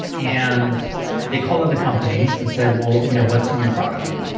and they called up the company and said, well, you know what's in your product?